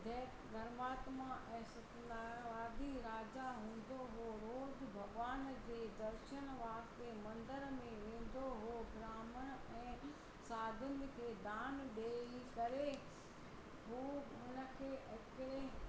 दै धर्मात्मा ऐं सत्यनारायणवादि राजा हूंदो हुओ रोज भॻिवान जे दर्शन वास्ते मंदर में वेंदो हुओ ब्राहमण ऐं साधुअनि खे दान ॾेई करे उहो हुन खे अके